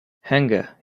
hunger